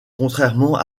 contrairement